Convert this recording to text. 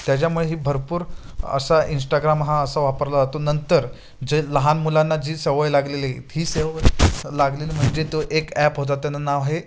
त्याच्यामुळे ही भरपूर असा इंस्टाग्राम हा असा वापरला जातो नंतर जे लहान मुलांना जी सवय लागलेली ही सवय लागलेली म्हणजे तो एक ॲप होतात त्यांना नाव हे